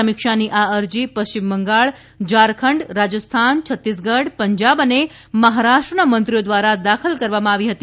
સમીક્ષાની આ અરજી પશ્ચિમ બંગાળ ઝારખંડ રાજસ્થાન છત્તીસગઢ પંજાબ અને મહારાષ્ર્ ના મંત્રીઓ દ્વારા દાખલ કરવામાં આવી હતી